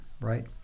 right